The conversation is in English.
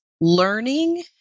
learning